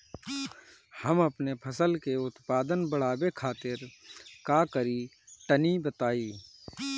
हम अपने फसल के उत्पादन बड़ावे खातिर का करी टनी बताई?